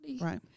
right